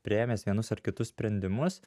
priėmęs vienus ar kitus sprendimus